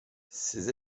ses